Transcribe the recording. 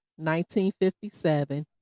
1957